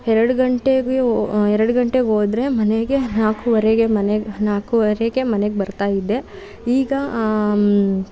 ಎರಡು ಗಂಟೆಗೂ ಎರಡು ಗಂಟೆಗೆ ಹೋದರೆ ಮನೆಗೆ ನಾಲ್ಕುವರೆಗೆ ಮನೆಗೆ ನಾಲ್ಕುವರೆಗೆ ಮನೆಗೆ ಬರ್ತಾ ಇದ್ದೆ ಈಗ